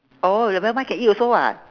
oh nevermind can eat also [what]